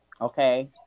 Okay